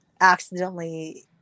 accidentally